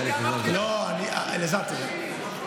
אמרתי לך,